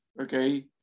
okay